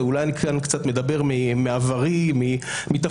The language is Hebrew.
ואולי כאן אני קצת מדבר מתפקידי הקודם